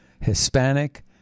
Hispanic